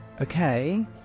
okay